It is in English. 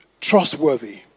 trustworthy